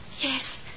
Yes